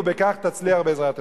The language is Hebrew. ובכך תצליח בעזרת השם.